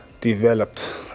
developed